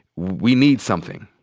we need something.